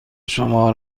شما